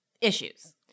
issues